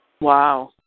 Wow